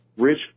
Rich